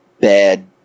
bad